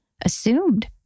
assumed